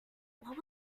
what